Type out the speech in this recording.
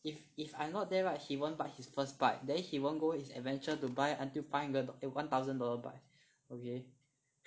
if if I not there right he won't buy his first bike then he won't go his adventure to buy until five hund~ eh one thousand dollar bike okay